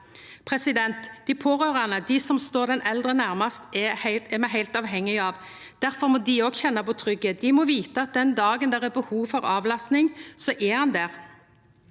kommunane. Dei pårørande, dei som står den eldre nærmast, er vi heilt avhengige av. Difor må dei òg kjenna på tryggleik. Dei må vita at den dagen dei har behov for avlasting, er ho der.